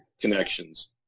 connections